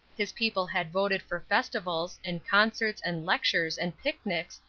his people had voted for festivals, and concerts, and lectures, and picnics,